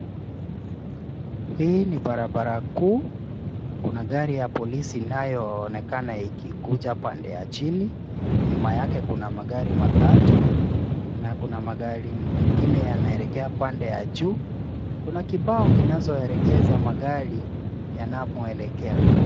Hii ni barabara kuu. Kuna gari ya polisi inayoonekana ikikuja pande ya chini. Nyuma yake kuna magari matatu na kuna magari mengine yanaelekea pande ya juu. Kuna kibao kinazoelekeza magari yanamoelekea.